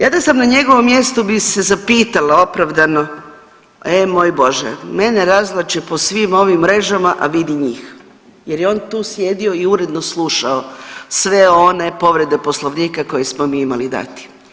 Ja da sam na njegovom mjestu bi se zapitala opravdano e moj Bože mene razvlače po svim ovim mrežama, a vidi njih jer je on tu sjedio i uredno slušao sve one povrede Poslovnika koje smo mi imali dati.